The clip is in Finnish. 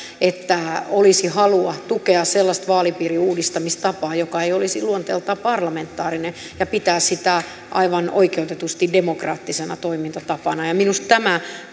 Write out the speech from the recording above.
että olisi halua tukea sellaista vaalipiirin uudistamistapaa joka ei olisi luonteeltaan parlamentaarinen ja pitää sitä aivan oikeutetusti demokraattisena toimintatapana minusta tämä